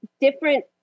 different